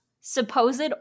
supposed